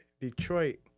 Detroit